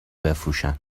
بفروشن